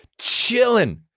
chilling